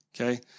Okay